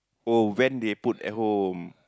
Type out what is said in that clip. oh van they put at home